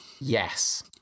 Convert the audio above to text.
Yes